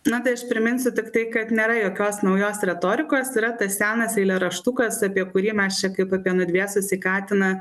na tai aš priminsiu tiktai kad nėra jokios naujos retorikos yra tas senas eilėraštukas apie kurį mes čia kaip apie nudvėsusį katiną